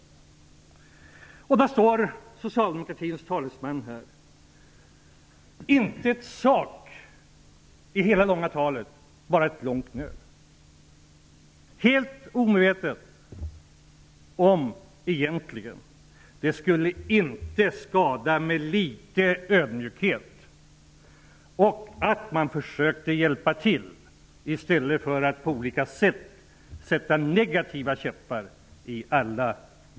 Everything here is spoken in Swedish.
Socialdemokratins talesman här nämnde inte en enda av dessa saker i hela sitt långa tal -- det var bara ett enda långt gnöl. Det skulle inte skada med litet ödmjukhet! Man skulle ju kunna försöka hjälpa till i stället för att försöka sätta käppar i hjulen.